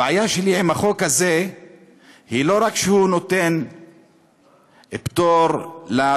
הבעיה שלי עם החוק הזה היא לא רק שהוא נותן פטור לשוטרים,